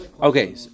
Okay